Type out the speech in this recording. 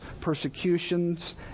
persecutions